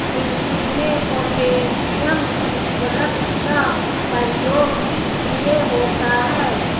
कृषि में पोटैशियम उर्वरक का प्रयोग किस लिए होता है?